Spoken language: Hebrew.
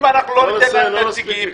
אם אנחנו לא ניתן להם נציגים,